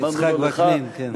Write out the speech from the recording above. יצחק וקנין, כן.